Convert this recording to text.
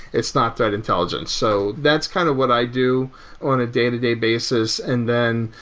it's not that intelligent. so that's kind of what i do on a day-to-day basis. and then,